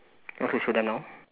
you want to show them now